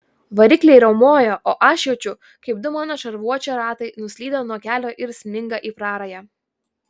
varikliai riaumoja o aš jaučiu kaip du mano šarvuočio ratai nuslydo nuo kelio ir sminga į prarają